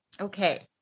Okay